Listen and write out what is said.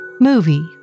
Movie